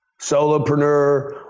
Solopreneur